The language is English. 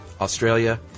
Australia